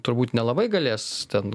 turbūt nelabai galės ten